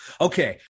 Okay